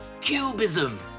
Cubism